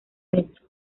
metro